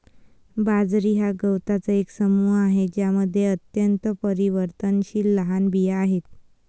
बाजरी हा गवतांचा एक समूह आहे ज्यामध्ये अत्यंत परिवर्तनशील लहान बिया आहेत